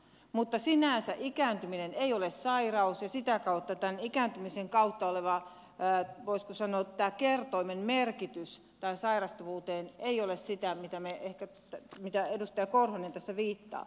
mutta sinänsä ikääntyminen ei ole sairaus ja sitä kautta tämän ikääntymisen kautta oleva voisiko sanoa kertoimen merkitys sairastavuudelle ei ole sitä mihin edustaja korhonen tässä viittaa